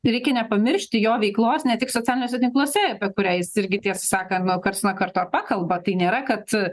reikia nepamiršti jo veiklos ne tik socialiniuose tinkluose apie kurią jis irgi tiesą sakant nu karts nuo karto pakalba tai nėra kad